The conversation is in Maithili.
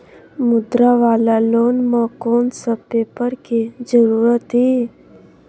मुद्रा वाला लोन म कोन सब पेपर के जरूरत इ?